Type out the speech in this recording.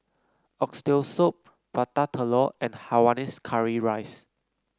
Oxtail Soup Prata Telur and Hainanese Curry Rice